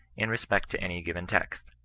in respect to any given text.